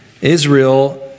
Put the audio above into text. Israel